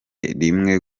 rimwe